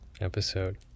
episode